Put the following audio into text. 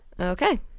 Okay